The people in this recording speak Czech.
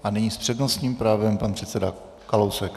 A nyní s přednostním právem pan předseda Kalousek.